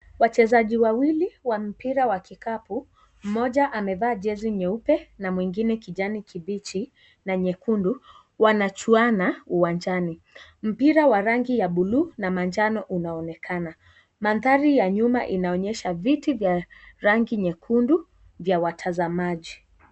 Wachezaji wawili wa mpira wa kikapu. Mmoja amevaa jezi nyeupe na mwingine kijani kibichi na nyekundu wanachuana uwanjani. Mpira wa rangi ya bluu na manjano unaonekana. Mandhari ya nyuma inaonyesha viti vya rangi nyekundu vya watazamaji.